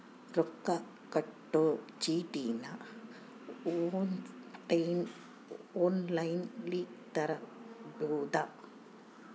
ರೊಕ್ಕ ಕಟ್ಟೊ ಚೀಟಿನ ವೆಬ್ಸೈಟನಗ ಒನ್ಲೈನ್ನಲ್ಲಿ ತಗಬೊದು